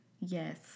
Yes